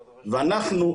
ואנחנו,